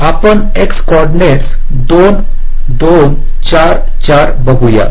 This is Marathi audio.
आपण एक्स कॉर्डिनेट्स 2 2 4 4 बघूया